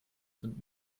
sind